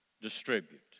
distribute